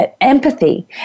empathy